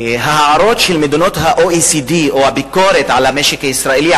שההערות של מדינות ה-OECD או הביקורת על המשק הישראלי,